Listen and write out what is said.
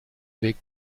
weg